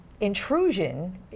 intrusion